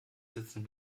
sitzen